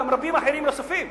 גם רבים אחרים נוספים.